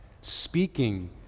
speaking